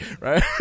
right